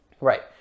Right